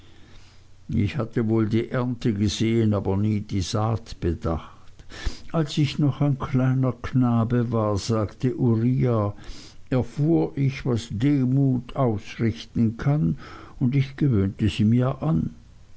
ich hatte wohl die ernte gesehen aber nie die saat bedacht als ich noch ein kleiner knabe war sagte uriah erfuhr ich was demut ausrichten kann und ich gewöhnte sie mir an